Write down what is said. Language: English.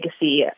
legacy